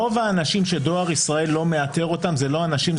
רוב האנשים שדואר ישראל לא מאתר אותם זה לא אנשים,